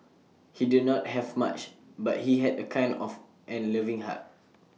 he did not have much but he had A kind of and loving heart